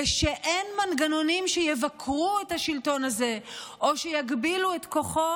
ושאין מנגנונים שיבקרו את השלטון הזה או שיגבילו את כוחו,